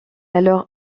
alors